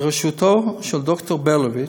בראשותו של ד"ר ברלוביץ,